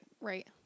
right